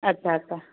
अच्छा अच्छा